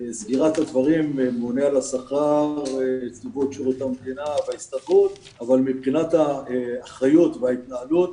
סגירת הדברים עם הממונה על השכר אבל מבחינת האחריות וההתנהלות,